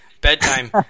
bedtime